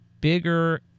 bigger